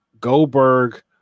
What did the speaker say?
Goldberg